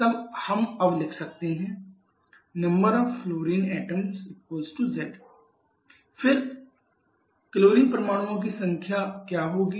तब हम अब लिख सकते हैं F की संख्या z फिर क्लोरीन परमाणुओं की संख्या क्या होगी